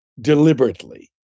deliberately